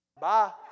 Bye